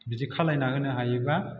बिदि खालामना होनो हायोबा